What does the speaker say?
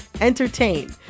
entertain